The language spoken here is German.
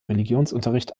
religionsunterricht